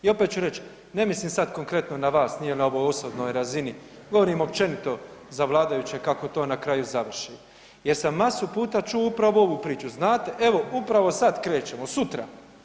I opet ću reći, ne mislim sada konkretno na vas, nije ovo na osobnoj razini, govorim općenito za vladajuće kako to na kraju završi jer sam masu puta čuo upravo ovu priču, znate evo upravo sad krećemo, sutra.